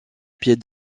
pied